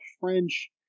French